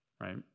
Right